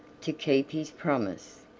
to keep his promise,